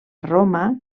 roma